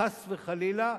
חס וחלילה,